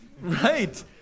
Right